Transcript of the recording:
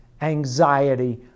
anxiety